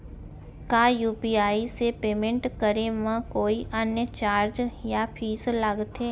का यू.पी.आई से पेमेंट करे म कोई अन्य चार्ज या फीस लागथे?